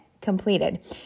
completed